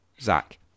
Zach